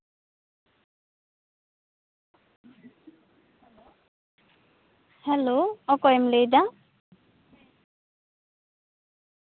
hello ᱚᱠᱚᱭᱮᱢ ᱞᱟᱹᱭᱮᱫᱟ